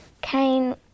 Cain